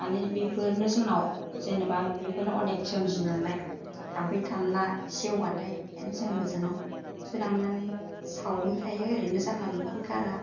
माने बेफोरनो जोंनाव जेनोबा बेफोरने अनेक सोमजियो नालाय थाम्फै थामला सेवबाथाय ओंखायनो जों गोजानावसो लांनानै सावहैखायो ओरैनो जानला मोनलाबो गारा